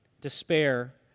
despair